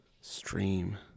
stream